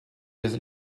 years